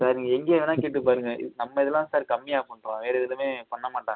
sir நீங்கள் எங்கே வேணா கேட்டு பாருங்கள் நம்ம இதில் தான் சார் கம்மியாக பண்றோம் வேறு எதுலையுமே பண்ணமாட்டாங்க